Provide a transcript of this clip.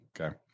okay